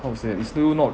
how to say it's still not